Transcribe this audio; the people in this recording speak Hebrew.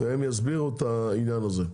והם יסבירו את העניין הזה.